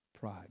pride